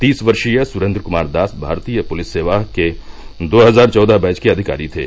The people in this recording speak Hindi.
तीस वर्षीय सुरेन्द्र कुमार दास भारतीय पुलिस सेवा के दो हजार चौदह बैच के अविकारी थे